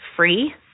free